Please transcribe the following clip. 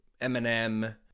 Eminem